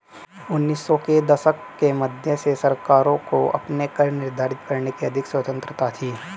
उन्नीस सौ के दशक के मध्य से सरकारों को अपने कर निर्धारित करने की अधिक स्वतंत्रता थी